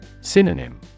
Synonym